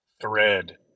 thread